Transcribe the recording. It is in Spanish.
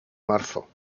marzo